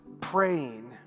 praying